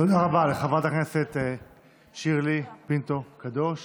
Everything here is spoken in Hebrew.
תודה רבה לחברת הכנסת שירלי פינטו קדוש.